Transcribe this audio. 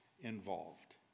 involved